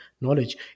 knowledge